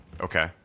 Okay